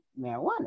marijuana